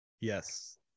Yes